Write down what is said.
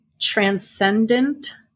transcendent